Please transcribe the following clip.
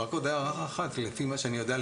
רק עוד הערה אחת: לפי מה שאני יודע,